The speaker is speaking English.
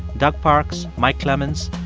doug parks, mike clemons,